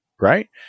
right